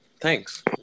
Thanks